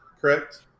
correct